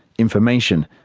information,